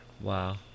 Wow